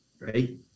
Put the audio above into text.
right